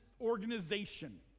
organization